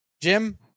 Jim